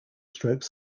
stroke